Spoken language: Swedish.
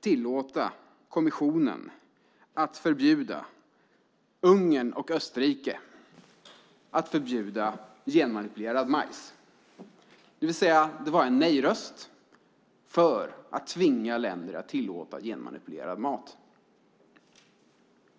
tillåta kommissionen att förbjuda Ungern och Österrike att förbjuda genmanipulerad majs. Det var en nej-röst för att tvinga länder att tillåta genmanipulerad mat.